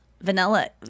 vanilla